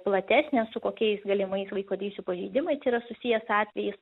platesnę su kokiais galimais vaiko teisių pažeidimais yra susijęs atvejis